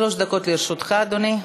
שלוש דקות לרשותך, אדוני.